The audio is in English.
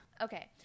okay